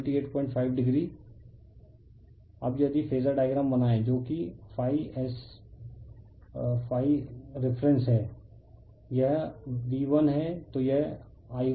refer slide time 3413 अब यदि phasor diagram बनाएं जो कि ∅ रिफ़रेंस है और यह V1 है तो यह I1I1I0I2है